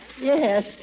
Yes